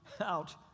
out